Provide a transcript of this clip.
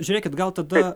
žiūrėkit gal tada